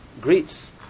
greets